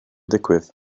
digwydd